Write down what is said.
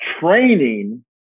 training